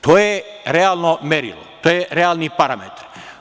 To je realno merilo, to je realni parametar.